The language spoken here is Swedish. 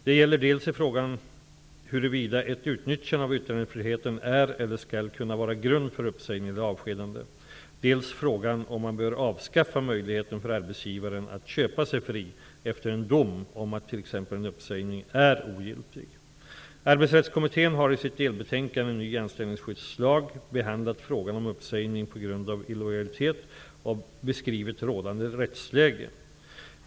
Det gäller dels frågan huruvida ett utnyttjande av yttrandefriheten är eller skall kunna vara grund för uppsägning eller avskedande, dels frågan om man bör avskaffa möjligheten för arbetsgivaren att ''köpa sig fri'' efter en dom om att t.ex. en uppsägning är ogiltig. Arbetsrättskommittén har i sitt delbetänkande Ny anställningsskyddslag behandlat frågan om uppsägning på grund av illojalitet och beskrivit rådande rättsläge.